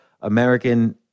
American